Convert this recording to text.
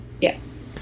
Yes